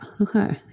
okay